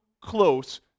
close